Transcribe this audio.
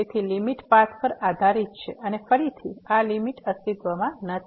તેથી limit path પર આધારીત છે અને ફરીથી આ લીમીટ અસ્તિત્વમાં નથી